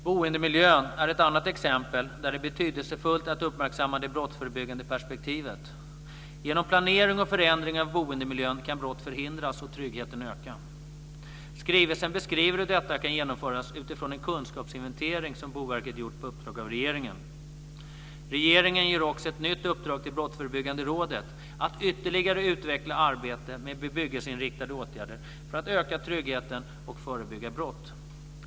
Boendemiljön är ett annat exempel, där det är betydelsefullt att uppmärksamma det brottsförebyggande perspektivet. Genom planering och förändring av boendemiljön kan brott förhindras och tryggheten öka. Skrivelsen beskriver hur detta kan genomföras utifrån en kunskapsinventering som Boverket gjort på uppdrag av regeringen. Regeringen ger också ett nytt uppdrag till Brottsförebyggande rådet att ytterligare utveckla arbetet med bebyggelseinriktade åtgärder för att öka tryggheten och förebygga brott.